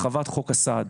הרחבת חוק הסעד.